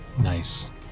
Nice